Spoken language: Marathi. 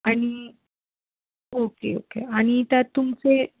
आणि ओके ओके आणि त्यात तुमचे